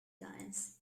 times